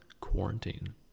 quarantine